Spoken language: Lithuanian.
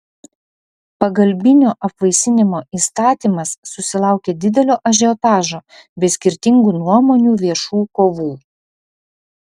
pagalbinio apvaisinimo įstatymas susilaukė didelio ažiotažo bei skirtingų nuomonių viešų kovų